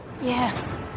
Yes